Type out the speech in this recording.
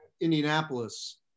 Indianapolis